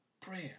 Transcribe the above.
prayer